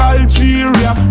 Algeria